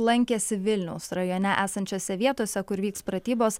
lankėsi vilniaus rajone esančiose vietose kur vyks pratybos